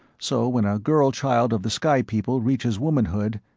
so when a girl child of the sky people reaches womanhood,